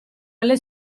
alle